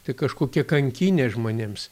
tai kažkokia kankynė žmonėms